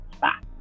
back